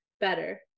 Better